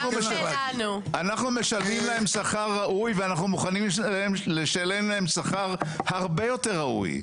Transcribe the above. אנחנו משלמים להם שכר ראוי ואנחנו מוכנים לשלם להם שכר הרבה יותר ראוי,